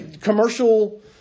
Commercial